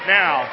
now